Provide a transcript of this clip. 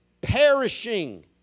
Perishing